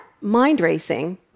mind-racing